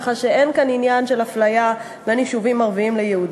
ככה שאין כאן עניין של אפליה בין יישובים ערביים ליהודיים.